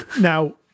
Now